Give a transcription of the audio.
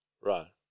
Right